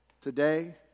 today